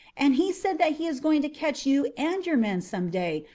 and he said that he was going to catch you and your men some day,